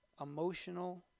emotional